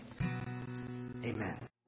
Amen